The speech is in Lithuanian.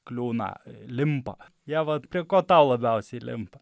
kliūna limpa ją vat prie ko tau labiausiai limpa